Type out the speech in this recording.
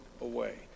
away